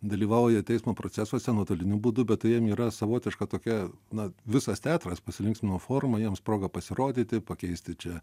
dalyvauja teismo procesuose nuotoliniu būdu bet tai jam yra savotiška tokia na visas teatras pasilinksmino forma jiems proga pasirodyti pakeisti čia